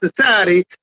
society